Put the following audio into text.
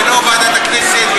ולא ועדת הכנסת,